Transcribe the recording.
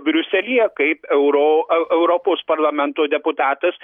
briuselyje kaip euro eu europos parlamento deputatas